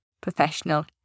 professional